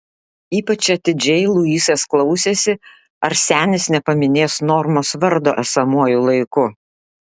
ypač atidžiai luisas klausėsi ar senis nepaminės normos vardo esamuoju laiku